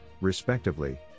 respectively